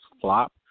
flop